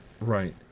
right